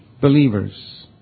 believers